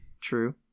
True